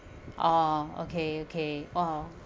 oh okay okay oh